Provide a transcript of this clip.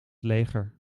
leger